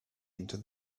into